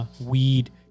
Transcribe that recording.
weed